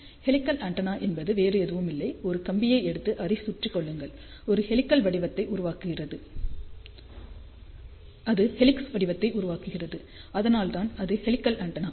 helical antenna என்பது வேறு எதுவுமில்லை ஒரு கம்பியை எடுத்து அதைச் சுற்றிக் கொள்ளுங்கள் அது ஹெலிக்ஸ் வடிவத்தை உருவாக்குகிறது அதனால் தான் அது ஹெலிகல் ஆண்டெனா